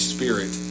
Spirit